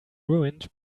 ruined